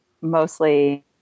mostly